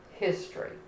history